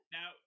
Now